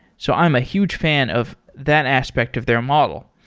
so i'm a huge fan of that aspect of their model.